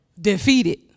defeated